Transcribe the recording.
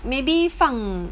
maybe 放